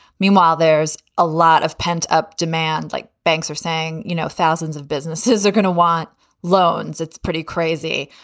meanwhile, there's a lot of pent up demand. like banks are saying, you know, thousands of businesses are going to want loans. it's pretty crazy.